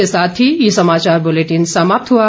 इसी के साथ ये समाचार बुलेटिन समाप्त हुआ